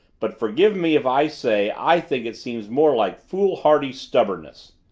but forgive me if i say i think it seems more like foolhardy stubbornness!